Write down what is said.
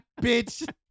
bitch